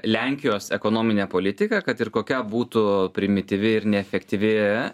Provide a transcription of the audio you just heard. lenkijos ekonominė politika kad ir kokia būtų primityvi ir neefektyvi